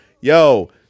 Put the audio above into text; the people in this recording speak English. yo